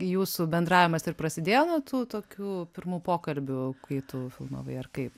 jūsų bendravimas ir prasidėjo nuo tų tokių pirmų pokalbių kai tu filmavai ar kaip